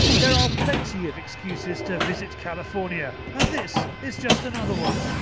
there are plenty of excuses to visit california and this is just another one.